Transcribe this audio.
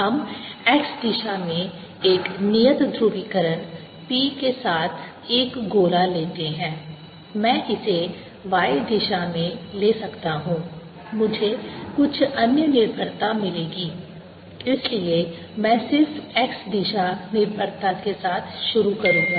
हम x दिशा में एक नियत ध्रुवीकरण P के साथ एक गोला लेते हैं मैं इसे y दिशा में ले सकता हूं मुझे कुछ अन्य निर्भरता मिलेगी इसलिए मैं सिर्फ x दिशा निर्भरता के साथ शुरू करूंगा